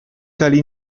tali